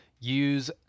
use